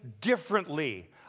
differently